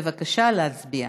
בבקשה להצביע.